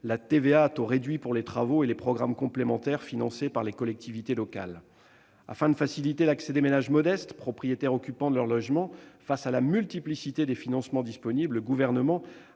la TVA à taux réduit pour les travaux et les programmes complémentaires financés par les collectivités locales. Afin de faciliter l'accès des ménages modestes qui sont propriétaires occupants de leurs logements à ces financements, qui se multiplient, le Gouvernement